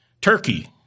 Turkey